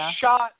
shot